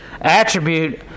attribute